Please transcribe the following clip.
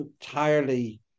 entirely